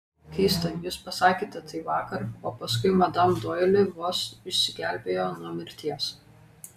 keista jūs pasakėte tai vakar o paskui madam doili vos išsigelbėjo nuo mirties